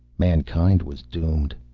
mankind was doomed!